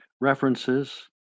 references